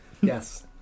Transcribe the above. Yes